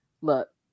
Look